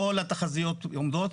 כל התחזיות עומדות,